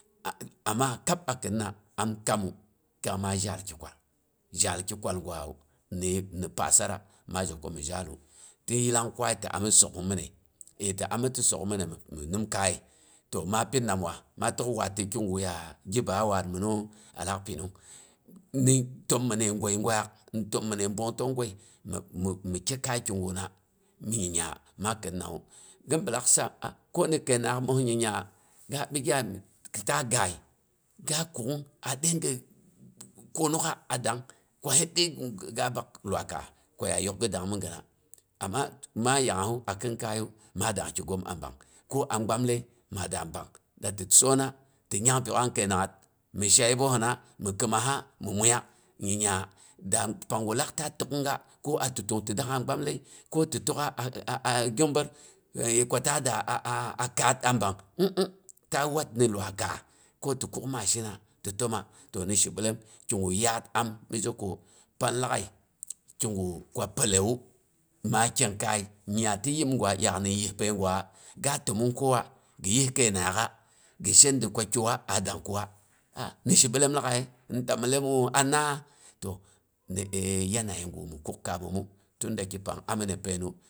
A amma kab a khinna am kammu kang ma jal ki kwal, jal ki kwal gwa wu ni ni pasar a ma jiko mhi jallu. Ti yillong kwayi ti ami sokhn minai. Ai ti ami sokn minai mi ninkaiye to pinnawa ma tok wad ti kiguh yah gi baa wad minu? A lak pinung ni tom minai gwai gwak ni tim minai bonton gwai mi mi mi ke kayi kiguh na nyi ya ma khinna. Ghin bilak sam ah ko ni kai nang hak nyiya ga ɓigyayi ta ghai ga kuk a deiga konokha a dang ko haidai gu ga bak luwaiy kaah ko ya yok ga dangmi ghina. Am ma ma yahassang a khin kayi yu ma dang ki ghei a bang, ko a gbamlai ma dang a bang da ti sona ti nyang ti an kai nang hat mi sha yipbossina mhi kmassah mhi muyiya. Nyiya dang pang guh lak ta tokn ga ko a tutlung ti daagha gbamlai ko ti tokha a a a a gyongbod ae ko ta da aa a kaat a bang, mh mh ta wad ni luwai kaah ko ti kuk mashi na ti timma to ni shi ɓellem, ki gu yad amnije ko pan laaghai ki guh ku pəolaiwu ma kyen kayi. Nya ti yihm gwa ɗyak hin yihpai gwa ga timmong ko wa ghi yih kainang hakha ghi shenda ko kiwa a dang kuwa a ni she ɓellem laaghai ni ta ɓellemo anna? To ni yanayi guh ya mhi kuk kammomu tunda ki pang a mini penu